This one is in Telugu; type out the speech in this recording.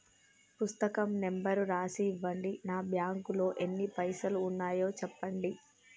పుస్తకం నెంబరు రాసి ఇవ్వండి? నా బ్యాంకు లో ఎన్ని పైసలు ఉన్నాయో చెప్పండి?